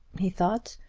he thought,